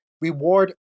reward